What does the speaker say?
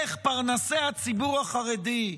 איך פרנסי הציבור החרדי,